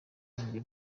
ubwenge